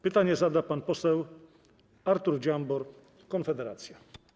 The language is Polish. Pytanie zada pan poseł Artur Dziambor, Konfederacja.